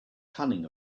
cunning